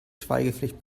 schweigepflicht